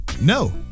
No